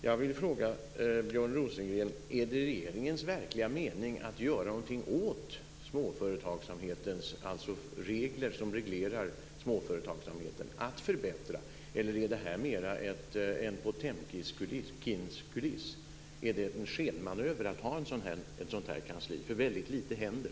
Jag vill fråga Björn Rosengren: Är det regeringens verkliga mening att göra någonting åt de regler som reglerar småföretagsamheten för att förbättra, eller är det här mer en Potemkinkuliss? Är det en skenmanöver att ha ett sådant kansli, eftersom väldigt lite händer?